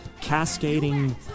cascading